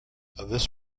this